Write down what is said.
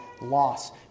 loss